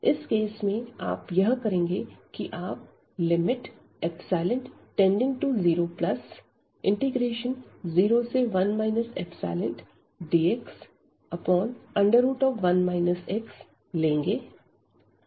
इस केस में आप यह करेंगे कि आप ϵ→001 ϵdx1 x लेंगे